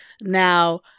now